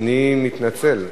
אני מתנצל.